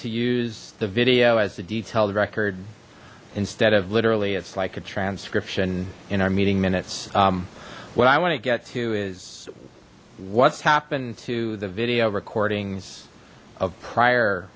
to use the video as the detailed record instead of literally it's like a transcription in our meeting minutes what i want to get to is what's happened to the video recordings of prior